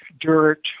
dirt